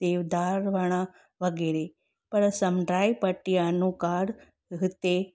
देवदार वणु वगैरे पर समुंड जी पटी अनुकार हिते